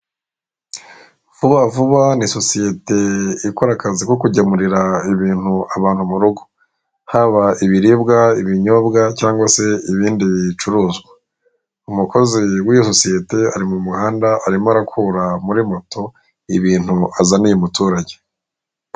Vubavuba ni sosiyete ikora akazi ko kugemurira ibintu abantu mu rugo. Haba ibiribwa, ibinyobwa cyangwa se ibindi bicuruzwa. Umukozi wiyo sosiyete ari mu muhanda arimo arakura muri moto ibintu azaniye umuturage.